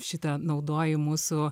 šitą naudoju mūsų